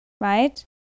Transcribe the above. right